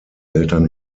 eltern